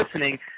listening